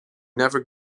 never